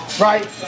right